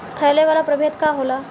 फैले वाला प्रभेद का होला?